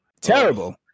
terrible